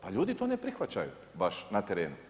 Pa ljudi to ne prihvaćaju baš na terenu.